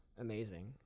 amazing